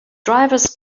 drivers